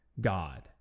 God